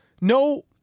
No